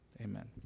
amen